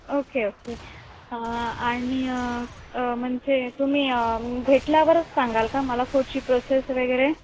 okay okay आणि म्हणजे तुम्ही घेतल्यावरच सांगाल का मला पुढची प्रोसेस वगैरे